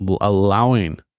allowing